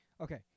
Okay